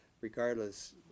regardless